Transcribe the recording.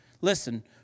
Listen